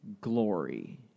glory